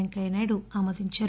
పెంకయ్యనాయుడు ఆమోదించారు